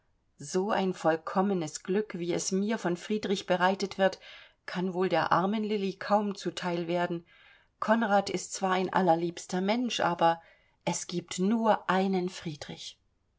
so ein vollkommenes glück wie es mir von friedrich bereitet wird kann wohl der armen lilli kaum zu teil werden konrad ist zwar ein allerliebster mensch aber es gibt nur einen friedrich